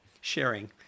sharing